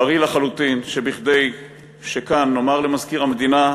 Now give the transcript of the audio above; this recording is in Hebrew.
מתוך זה ברי לחלוטין שכדאי שכאן נאמר למזכיר המדינה,